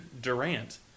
Durant